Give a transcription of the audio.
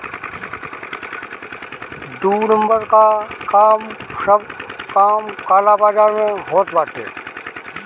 दू नंबर कअ सब काम काला बाजार में होत बाटे